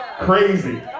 crazy